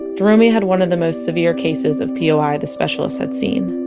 jeromey had one of the most severe cases of poi ah the specialist had seen